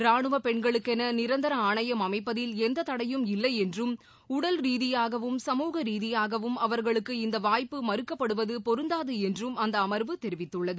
இராணுவபெண்களுக்கெனநிரந்தர ஆணையம் அமைப்பதில் எந்ததடையும் இல்லைஎன்றும் உடல் ரீதியாகவும் சமூக ரீதியாகவும் அவர்களுக்கு இந்தவாய்ப்பு மறுக்கப்படுவதுபொருந்தாதுஎன்றும் அந்தஅமர்வு தெரிவித்துள்ளது